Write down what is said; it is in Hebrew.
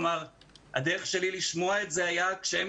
הדרך שלי לשמוע זאת הייתה דרכם.